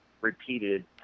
repeated